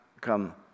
come